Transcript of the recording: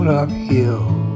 uphill